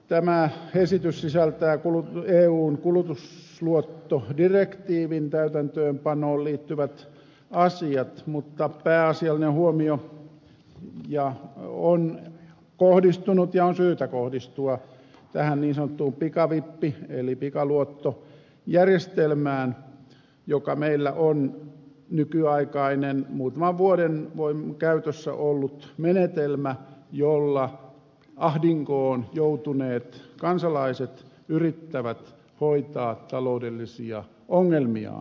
tämä esitys sisältää eun kulutusluottodirektiivin täytäntöönpanoon liittyvät asiat mutta pääasiallinen huomio on kohdistunut ja sen on syytä kohdistua tähän niin sanottuun pikavippi eli pikaluottojärjestelmään joka meillä on nykyaikainen muutaman vuoden käytössä ollut menetelmä jolla ahdinkoon joutuneet kansalaiset yrittävät hoitaa taloudellisia ongelmiaan